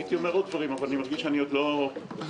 הייתי אומר עוד דברים אבל אני מרגיש שאני עוד לא מספיק בקי.